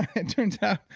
it turns yeah